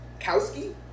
Kowski